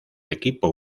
equipo